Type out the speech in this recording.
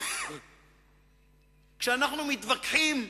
כשאנחנו מתווכחים